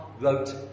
wrote